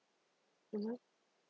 mmhmm